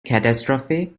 catastrophe